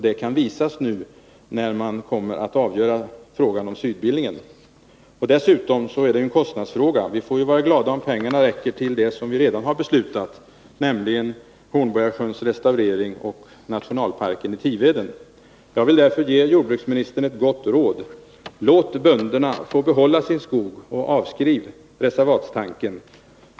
Det kan visas nu när frågan om mark vid bildande Dessutom är det en kostnadsfråga. Vi får vara glada om pengarna räcker till det som vi redan har beslutat, nämligen Hornborgasjöns restaurering och nationalparken i Tiveden. Jag vill därför ge jordbruksministern ett gott råd: Låt bönderna få behålla sin skog och avskriv reservatstanken!